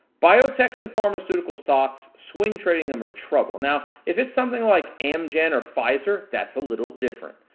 biotech's and pharmaceutical stocks, swing trading them are trouble. now, if it's something like amgen or fraser, that's a little different.